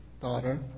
daughter